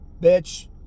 bitch